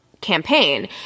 campaign